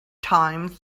times